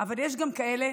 אבל יש גם כאלה